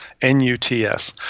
N-U-T-S